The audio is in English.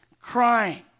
crying